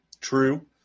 true